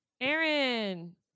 Aaron